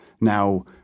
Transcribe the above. now